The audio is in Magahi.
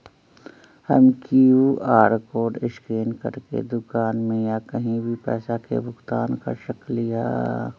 हम कियु.आर कोड स्कैन करके दुकान में या कहीं भी पैसा के भुगतान कर सकली ह?